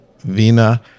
vina